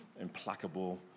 implacable